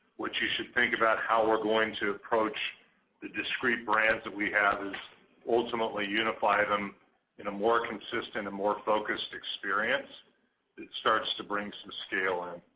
what you should think about how we're going to approach the discrete brands that we have is ultimately unify them in a more consistent and more focused experience that starts to bring some scale in.